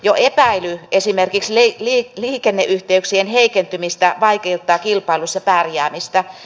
jo epäily esimerkiksi liikenneyhteyksien heikentymisestä vaikeuttaa kilpailussa pärjäämistä